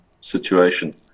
situation